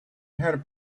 heard